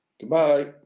goodbye